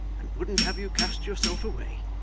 and wouldn't have you cast yourself away.